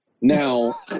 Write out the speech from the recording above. Now